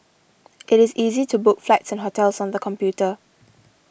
it is easy to book flights and hotels on the computer